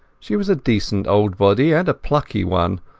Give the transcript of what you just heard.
she was a decent old body, and a plucky one,